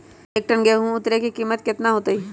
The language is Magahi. एक टन गेंहू के उतरे के कीमत कितना होतई?